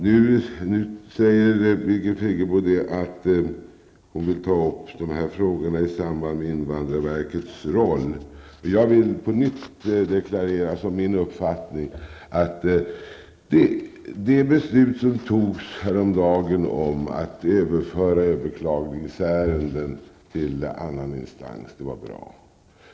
Nu säger Birgit Friggebo att hon vill ta upp dessa frågor i samband med översynen av invandrarverkets roll. Jag vill på nytt som min uppfattning deklarera att det beslut som fattades häromdagen om att överföra överklagningsärenden till annan instans är bra.